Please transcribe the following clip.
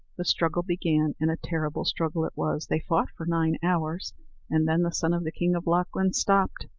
the struggle began, and a terrible struggle it was. they fought for nine hours and then the son of the king of lochlin stopped,